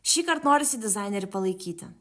šįkart norisi dizainerį palaikyti